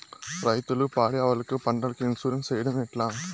రైతులు పాడి ఆవులకు, పంటలకు, ఇన్సూరెన్సు సేయడం ఎట్లా?